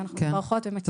ולכן אנחנו מברכות על כך.